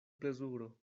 plezuro